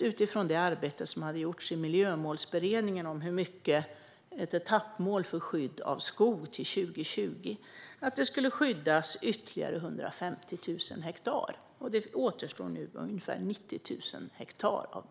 utifrån det arbete som hade gjorts i Miljömålsberedningen, beslut om ett etappmål för skydd av skog till 2020. Ytterligare 150 000 hektar skulle skyddas. För att nå detta mål återstår nu ungefär 90 000 hektar.